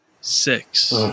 six